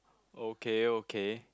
okay okay